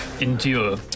endure